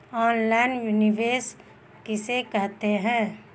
Online निवेश किसे कहते हैं?